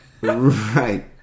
right